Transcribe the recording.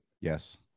Yes